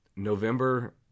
November